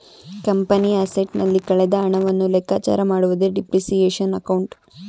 ಕಂಪನಿಯ ಅಸೆಟ್ಸ್ ನಲ್ಲಿ ಕಳೆದ ಹಣವನ್ನು ಲೆಕ್ಕಚಾರ ಮಾಡುವುದೇ ಡಿಪ್ರಿಸಿಯೇಶನ್ ಅಕೌಂಟ್